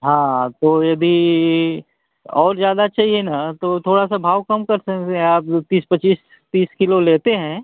हाँ तो यदि और ज़्यादा चाहिए ना तो थोड़ा सा भाव कम करते हैं जैसे आप तीस पच्चीस तीस किलो लेते हैं